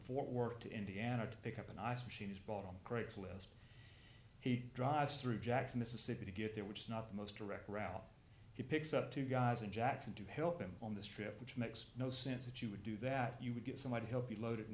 fort worth to indiana to pick up an ice machine is bought on craigslist he drives through jackson mississippi to get there which is not the most direct route he picks up two guys in jackson to help him on this trip which makes no sense that you would do that you would get someone he'll be loaded in